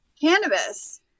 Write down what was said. cannabis